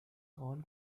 all